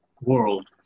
world